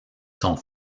sont